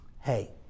Hey